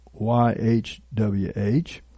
YHWH